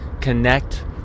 Connect